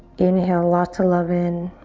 inhale, lots of love in